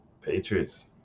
Patriots